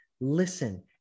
Listen